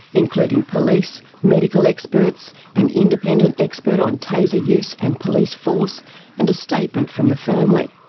including police, medical experts, an independent expert on taser use and police force and a statement from the family.